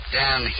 down